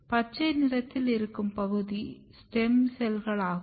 பச்சை நிறத்தில் இருக்கும் பகுதி ஸ்டெம் செல்களாகும்